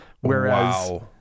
Whereas